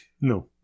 No